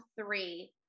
three